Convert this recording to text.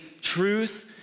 truth